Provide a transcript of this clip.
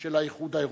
של האיחוד האירופי.